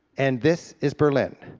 and this is berlin.